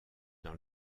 dans